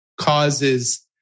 causes